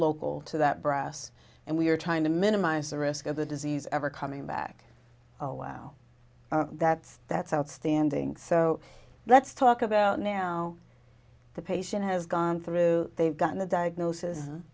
local to that breasts and we're trying to minimize the risk of the disease ever coming back oh wow that's that's outstanding so let's talk about now the patient has gone through they've gotten the diagnosis